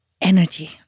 energy